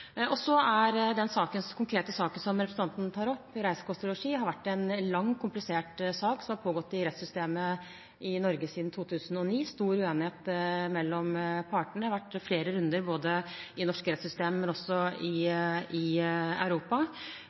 som representanten Lundteigen konkret tar opp om reise, kost og losji, har vært en lang og komplisert sak som har pågått i rettssystemet i Norge siden 2009. Det har vært stor uenighet mellom partene, og det har vært flere runder, ikke bare i det norske rettssystemet, men også i Europa.